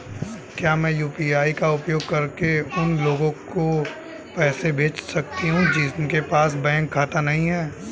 क्या मैं यू.पी.आई का उपयोग करके उन लोगों के पास पैसे भेज सकती हूँ जिनके पास बैंक खाता नहीं है?